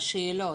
השאלות,